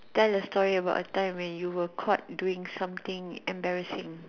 tell a story about a time when you were caught doing something embarrassing